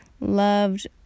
loved